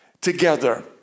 together